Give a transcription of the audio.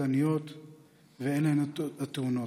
ואלו הן התאונות: